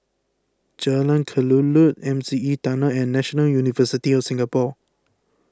Jalan Kelulut M C E Tunnel and National University of Singapore